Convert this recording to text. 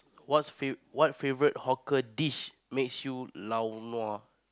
what's fav~ what favourite hawker dish makes you laonua